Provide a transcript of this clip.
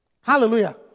Hallelujah